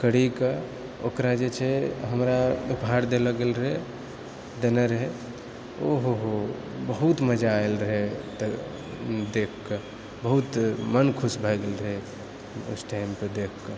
करिकऽ ओकरा जे छै हमरा उपहार देलऽ गेल रहै देने रहै ओहोहो बहुत मजा आएल रहै देखिके बहुत मोन खुश भऽ गेल रहै उस टाइमपर देखिकऽ